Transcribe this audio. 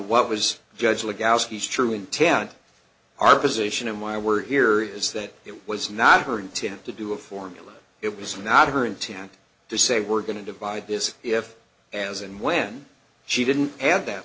what was judge legalities true intent our position and why we're here is that it was not her intent to do a formula it was not her intent to say we're going to divide this if as and when she didn't have th